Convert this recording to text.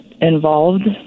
involved